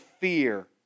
fear